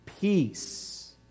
peace